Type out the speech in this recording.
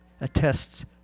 attests